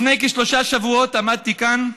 לפני כשלושה שבועות עמדתי כאן.